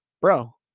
Bro